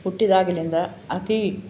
ಹುಟ್ಟಿದಾಗಲಿಂದ ಅತಿ